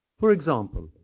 for example,